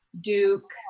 Duke